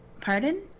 Pardon